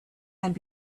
and